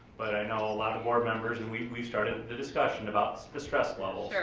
but i know a lot of board members, and we started the discussion about the stress levels. sure.